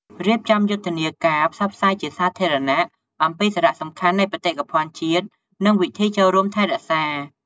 រៀបចំយុទ្ធនាការផ្សព្វផ្សាយជាសាធារណៈអំពីសារៈសំខាន់នៃបេតិកភណ្ឌជាតិ និងវិធីចូលរួមថែរក្សា។